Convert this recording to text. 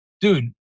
dude